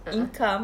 a'ah